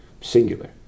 singular